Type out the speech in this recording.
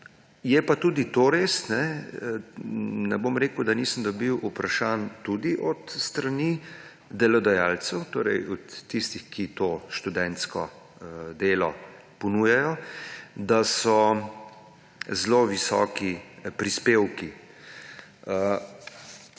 Je pa tudi to res, ne bom rekel, da nisem dobil vprašanj tudi od delodajalcev, torej od tistih, ki študentsko delo ponujajo, da so prispevki